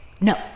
No